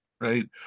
right